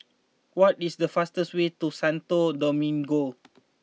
what is the fastest way to Santo Domingo